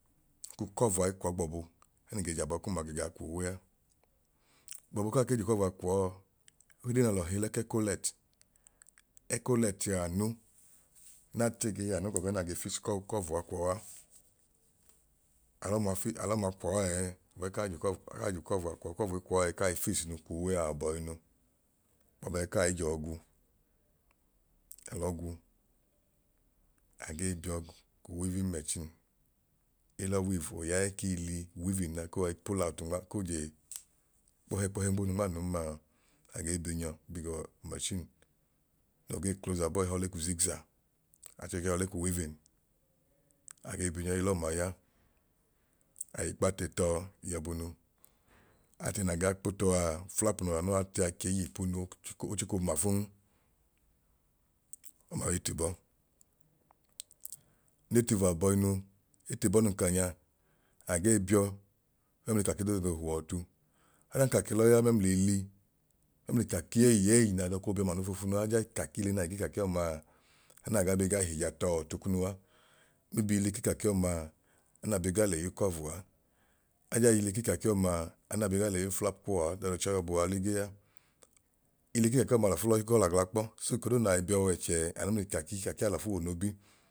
Nku kọv a i kwọọ gbọbu ẹẹ nun ge j'abọ kum a ge gaa kwuuwe a. Gbọbu ka kei j'ukọv a kwọọ ol'odee n'alọ hi le k'ẹkolẹt, ẹkolẹti a anu n'ate ge yaa nu gbọbu ẹẹ na ge fix kọv kọv a kwọọ a. Alọ ma fis alọma kwọọ ẹẹ gbọbu ẹẹ ka j'ukọv akaa j'ukọv kwu kọva kwọọ ẹẹ kaa fix inu kwuuwe a abọinu gbọbu ẹẹ akai jọọ gwu, alọ gwu agee biyọọ gu wivin mẹchin elọ wiv oyaẹ kiili uwivin ma ko wai pull out nma ko je kpohẹ kpohẹ bonu nmaanun maa agee bi nyọọ bi gọọ umẹchin noo gee clos abọọ ehọọ le ku zig zag achohi ge họọ le k'uwivin age bi nyọi lọọma ya, ai kp'ate tọọ iyọbunu, ate na gaa kpo tọọ a flap noo yaa nua atea kei y'ipunu chiko ochiko mafun, ọma ẹtibọ. Netiv abọinu, ẹtibọ nun ka nyaa agee biyọọ mẹml'ikaki doodu noo huọ ọtu. Odan ka ke lọya mẹmliili mẹml'ikaki ẹyẹ ei nai dọko biyọọ mlanu foofunu a ajiya ikaki ili nai giikaki ọmaa an na gai bi gai h'ija tọọ ọtu kunu a, nmi ipiili k'ikaki ọmaa anu na bi gai le y'ukọvua, ajiyan ili k'ikaki ọmaa anu na bi gaa le y'uflap kuwọ a ọda noo chọọ ọbu a ligii a. Ili k'ikaki ọmaa alọfu lọ y'ukọla kpọ so eko doodu nai biyọọ w'ẹchẹẹ anu ml'ikaki, ikaki'ọfu w'onobi